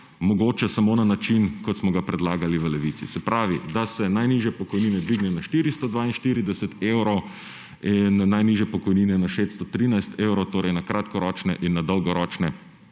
mogoče samo na način, kot smo ga predlagali v Levici. Se pravi, da se najnižje pokojnine dvignejo na 442 evrov in najnižje pokojnine za polno dobo na 613 evrov, torej na kratkoročne in na dolgoročne